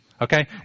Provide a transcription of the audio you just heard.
Okay